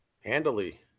Handily